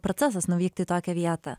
procesas nuvykti į tokią vietą